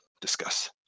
discuss